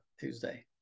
Tuesday